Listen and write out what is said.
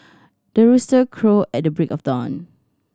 the rooster crow at the break of dawn